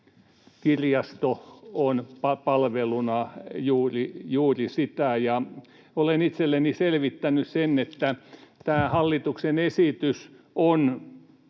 Kirjasto on palveluna juuri sitä. Olen itselleni selvittänyt, että tämä hallituksen esitys on